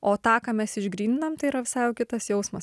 o tą ką mes išgryninam tai yra visai jau kitas jausmas